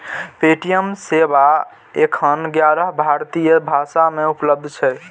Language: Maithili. पे.टी.एम सेवा एखन ग्यारह भारतीय भाषा मे उपलब्ध छै